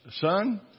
son